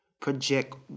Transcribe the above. project